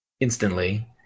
instantly